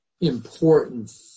important